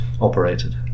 operated